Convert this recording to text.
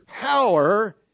power